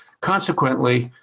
consequently,